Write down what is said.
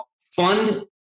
fund